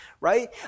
Right